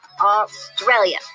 Australia